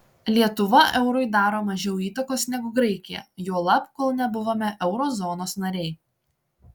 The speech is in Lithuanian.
lietuva eurui daro mažiau įtakos negu graikija juolab kol nebuvome euro zonos nariai